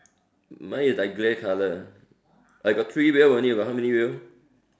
mine is like grey colour I got three wheel only you got how many wheel